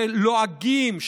שלועגים,